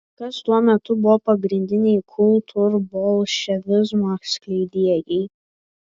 kas tuo metu buvo pagrindiniai kultūrbolševizmo skleidėjai